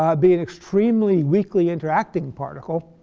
um be an extremely weakly interacting particle.